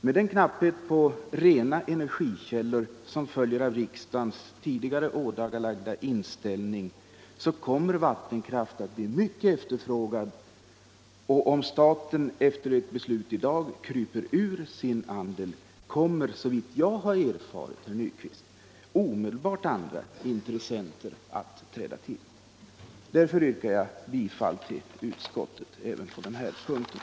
Med den knapphet på rena energikällor som följer av riksdagens tidigare ådagalagda inställning kommer vattenkraft att bli mycket efterfrågad, och om staten efter ett beslut i dag kryper ur sin andel kommer — såvitt jag har erfarit, herr Nyquist — omedelbart andra intressenter att träda till. Därför yrkar jag bifall till utskottets hemställan även på den här punkten.